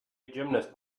gymnast